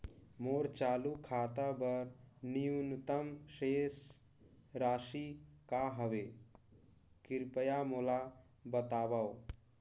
मोर चालू खाता बर न्यूनतम शेष राशि का हवे, कृपया मोला बतावव